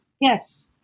Yes